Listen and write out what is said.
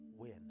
win